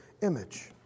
image